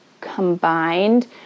combined